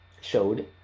showed